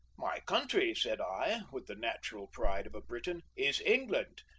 my country, said i, with the natural pride of a briton, is england,